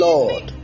Lord